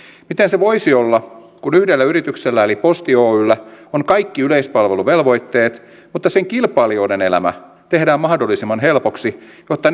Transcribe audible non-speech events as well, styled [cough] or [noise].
miten se voisi olla kun yhdellä yrityksellä eli posti oyllä on kaikki yleispalveluvelvoitteet mutta sen kilpailijoiden elämä tehdään mahdollisimman helpoksi jotta [unintelligible]